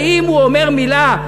אם הוא אומר מילה,